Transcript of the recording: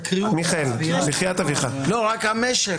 רק המשך.